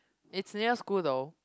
it's near school though